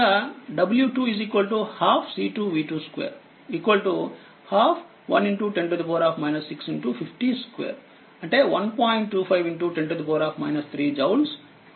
25 10 3 joules అవుతుంది